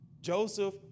Joseph